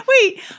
Wait